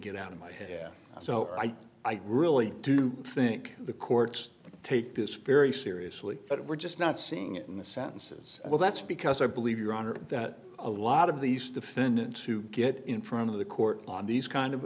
get out of my head so i really do think the courts take this very seriously but we're just not seeing it in the sentences well that's because i believe your honor that a lot of these defendants who get in front of the court on these kind of